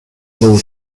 low